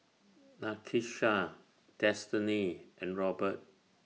Nakisha Destiny and Robert